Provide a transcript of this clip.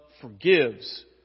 forgives